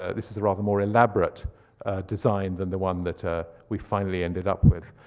ah this is a rather more elaborate design than the one that ah we finally ended up with.